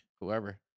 Whoever